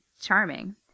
charming